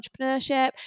entrepreneurship